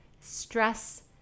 stress